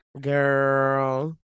girl